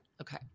Okay